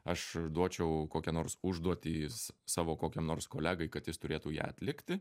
aš duočiau kokią nors užduotį savo kokiam nors kolegai kad jis turėtų ją atlikti